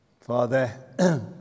Father